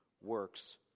works